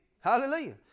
Hallelujah